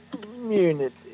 community